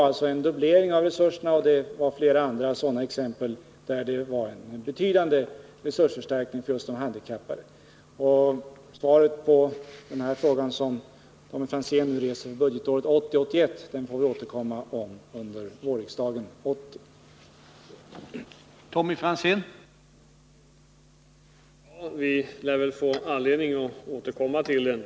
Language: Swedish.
Också på flera andra liknande punkter föreslogs en betydande resursförstärkning för just de arbetshandikappade. pades situation på arbetsmarknaden pades situation på arbetsmarknaden Den fråga som Tommy Franzén reste och som gällde budgetåret 1980/81 får vi återkomma till i riksdagen under våren 1980.